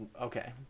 Okay